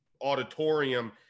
auditorium